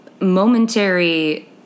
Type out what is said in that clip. momentary